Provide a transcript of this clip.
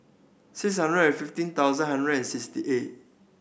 six hundred and fifteen thousand hundred and sixty eight